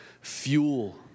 fuel